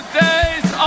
days